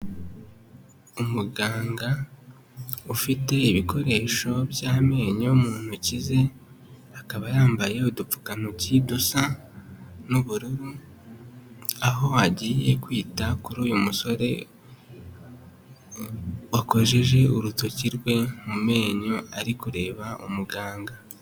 Umuganga ufite ibikoresho by'amenyo mu ntoki ze akaba yambaye udupfukantoki dusa n'ubururu, aho agiye kwita kuri uyu musore wakojeje urutoki rwe mu menyo, aho ari kureba umuganga.